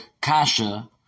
kasha